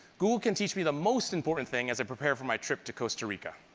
google can teach me the most important thing as i prepare for my trip to costa rica.